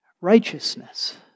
Righteousness